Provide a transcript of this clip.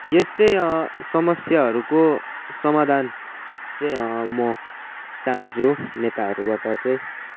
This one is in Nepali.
यस्तै समस्याहरूको समाधान चाहिँ म चहान्छु नेताहरूबट चाहिँ